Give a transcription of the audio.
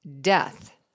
death